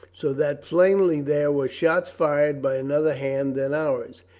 so that plainly there were shots fired by another hand than ours.